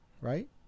right